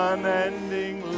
Unending